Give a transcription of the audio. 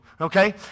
okay